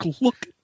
look